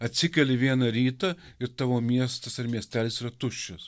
atsikeli vieną rytą ir tavo miestas ar miestelis yra tuščias